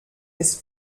ist